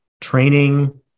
training